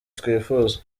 twifuza